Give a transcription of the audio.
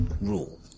Rule